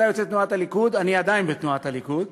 אתה יוצא תנועת הליכוד, אני עדיין בתנועת הליכוד.